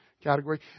category